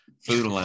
food